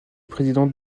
président